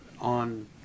on